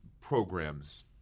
programs